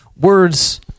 Words